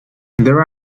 there